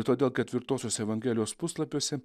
todėl ketvirtosios evangelijos puslapiuose